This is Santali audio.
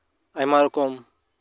ᱟᱭᱢᱟ ᱨᱚᱠᱚᱢ